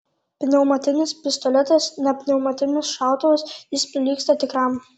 pneumatinis pistoletas ne pneumatinis šautuvas jis prilygsta tikram